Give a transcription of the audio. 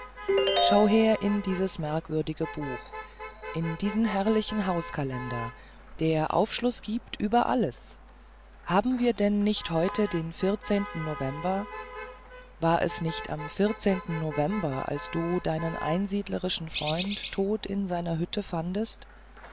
schaue her in dieses merkwürdige buch in diesen herrlichen hauskalender der aufschluß gibt über alles haben wir denn nicht heute den vierzehnten november war es nicht am vierzehnten november als du deinen einsiedlerischen freund tot in seiner hütte fandest